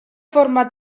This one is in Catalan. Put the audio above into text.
forma